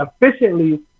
efficiently